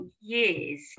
years